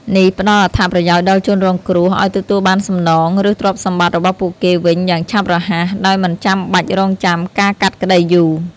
នេះផ្តល់អត្ថប្រយោជន៍ដល់ជនរងគ្រោះឲ្យទទួលបានសំណង ឬទ្រព្យសម្បត្តិរបស់ពួកគេវិញយ៉ាងឆាប់រហ័ស ដោយមិនចាំបាច់រង់ចាំការកាត់ក្តីយូរ។